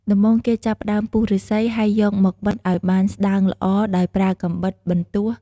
ដំបូង គេចាប់ផ្តើម ពុះឫស្សី ហើយយកមក បិតឲ្យបានស្តើងល្អដោយប្រើកាំបិតបន្ទោះ។